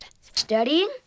Studying